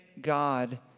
God